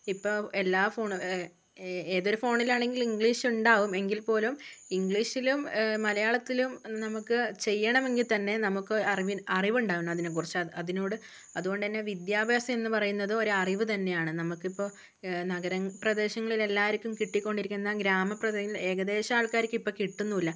ഇപ്പോള് എല്ലാ ഫോണും ഏതൊരു ഫോണിലാണെങ്കിലും ഇംഗ്ലീഷ് ഉണ്ടാകും എങ്കിൽപ്പോലും ഇംഗ്ലീഷിലും മലയാളത്തിലും നമുക്ക് ചെയ്യണമെങ്കില്ത്തന്നെ നമുക്ക് അറിവുണ്ടാകണം അതിനെക്കുറിച്ച് അത് അതിനോട് അതുകൊണ്ടുതന്നെ വിദ്യാഭ്യാസമെന്ന് പറയുന്നത് ഒരറിവ് തന്നെയാണ് നമുക്കിപ്പോള് നഗരപ്രദേശങ്ങളില് എല്ലാവര്ക്കും കിട്ടിക്കൊണ്ടിരിക്കുന്ന ഗ്രാമപ്രദേശങ്ങളിൽ ഏകദേശം ആൾക്കാര്ക്കുമിപ്പോള് കിട്ടുന്നില്ല